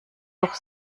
doch